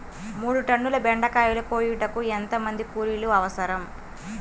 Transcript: మూడు టన్నుల బెండకాయలు కోయుటకు ఎంత మంది కూలీలు అవసరం?